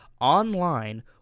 online